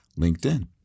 LinkedIn